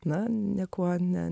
na niekuo ne